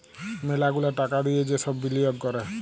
ম্যালা গুলা টাকা দিয়ে যে সব বিলিয়গ ক্যরে